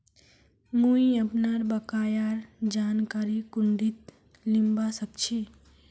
मुई अपनार बकायार जानकारी कुंठित लिबा सखछी